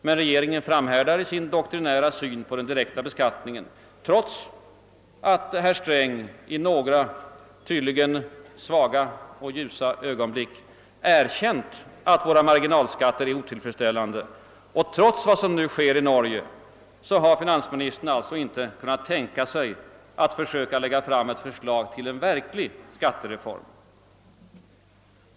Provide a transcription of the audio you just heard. Men regeringen framhärdar i sin doktrinära syn på den direkta beskattningen och trots att herr Sträng i några, tydligen svaga och ljusa ögonblick, erkänt att våra marginalskatter är otillfredsställande och trots vad som sker i Norge, har han alltså icke kunnat tänka sig att försöka lägga fram ett förslag till en verklig skattereform.